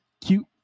Cute